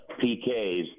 PKs